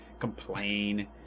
complain